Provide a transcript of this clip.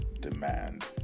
demand